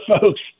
folks